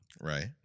right